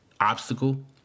obstacle